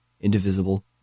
indivisible